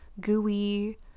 gooey